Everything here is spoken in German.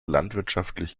landwirtschaftlich